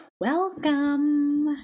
Welcome